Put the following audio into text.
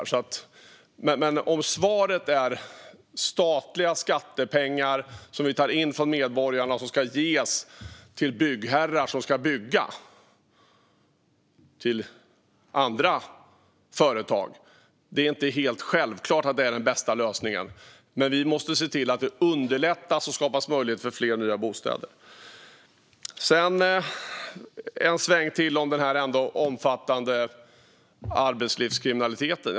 Det är inte helt självklart att statliga skattepengar som vi tar in från medborgarna och som ska ges till byggherrar som ska bygga åt andra företag är den bästa lösningen. Men vi måste se till att det underlättas och skapas möjlighet för fler nya bostäder. Sedan en sväng till om den omfattande arbetslivskriminaliteten.